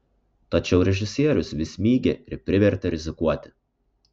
tačiau režisierius vis mygė ir privertė rizikuoti